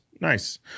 nice